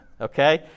Okay